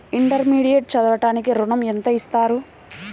Intermediate చదవడానికి ఋణం ఎంత ఇస్తారు?